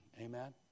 Amen